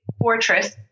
fortress